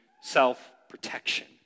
self-protection